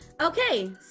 Okay